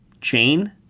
Chain